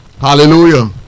Hallelujah